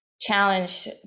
challenge